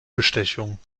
bestechung